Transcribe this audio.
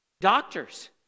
Doctors